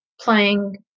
playing